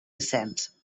descens